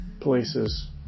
places